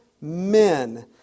men